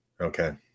Okay